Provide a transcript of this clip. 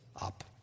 up